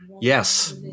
Yes